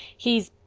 he's.